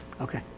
Okay